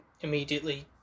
Immediately